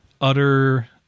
utter